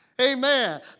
Amen